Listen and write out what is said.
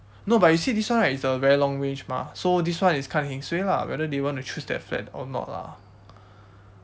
no but you see this one right it's a very long range mah so this one is kinda heng suay lah whether they want to choose that flat or not lah